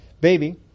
baby